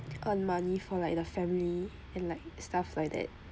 earn money for like the family and like stuff like that